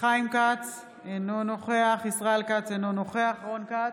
חיים כץ, אינו נוכח ישראל כץ, אינו נוכח רון כץ,